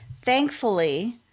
thankfully